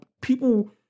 People